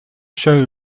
show